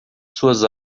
suas